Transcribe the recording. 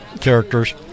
characters